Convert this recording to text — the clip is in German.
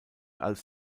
als